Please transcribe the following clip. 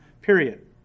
period